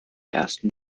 ersten